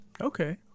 Okay